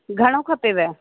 घणो खपेव